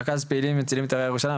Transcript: רכז פעילים מצילים את הרי ירושלים,